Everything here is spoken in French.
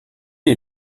est